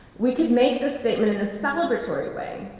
we could make the statement in a celebratory way,